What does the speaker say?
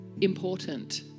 important